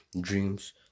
dreams